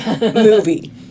movie